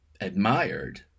admired